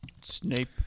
Snape